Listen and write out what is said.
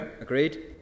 Agreed